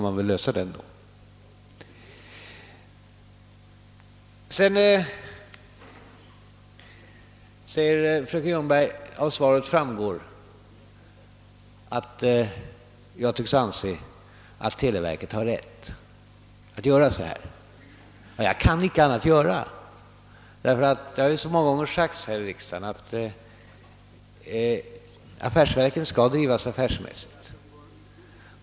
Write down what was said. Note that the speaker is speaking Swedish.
Fröken Ljungberg sade vidare att jag av svaret att döma tycks anse att televerket har rätt att göra på detta sätt. Det har många gånger sagts här i kammaren, att affärsverken skall drivas affärsmässigt.